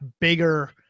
bigger